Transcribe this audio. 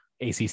ACC